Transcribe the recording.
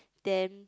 then